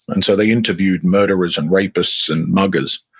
and so they interviewed murderers and rapists and muggers,